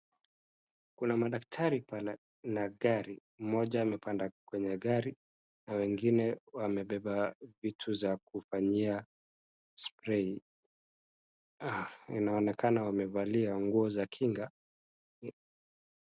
Kuna madakitari pale na gari, mmoja amepanda kwenye gari na wengine wamebeba vitu za kufanyia spraying .Inaonekana wamevalia nguo za kinga...